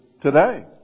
today